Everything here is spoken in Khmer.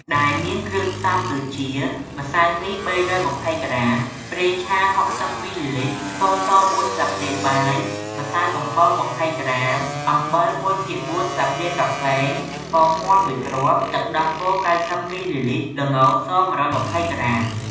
ដែលមានគ្រឿងផ្សំដូចជា ម្សៅមី ៣២០ ក្រាម, ប្រេងឆា ៦០ មីលីលីត្រ, ស្ករស ៤ ស្លាបព្រាបាយ, ម្សៅបំពង ២០ ក្រាម, អំបិល ១ភាគ៤ ស្លាបព្រាកាហ្វេ, ពងមាន់ ១ គ្រាប់, ទឹកដោះគោ ៩០ មីលីលីត្រ, ល្ងស ១២០ ក្រាម។